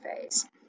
phase